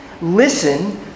Listen